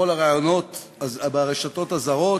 בכל הראיונות ברשתות הזרות,